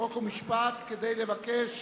חוק ומשפט כדי לבקש